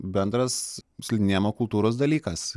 bendras slidinėjimo kultūros dalykas